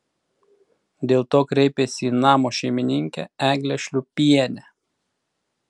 dėl to kreipėsi į namo šeimininkę eglę šliūpienę